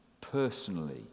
personally